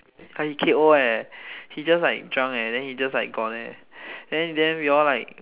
!huh! he K_O leh he just like drunk leh then he just like gone leh then then we all like